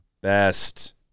best